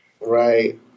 Right